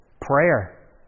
prayer